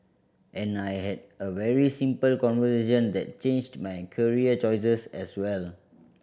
and I had a very simple conversation that changed my career choices as well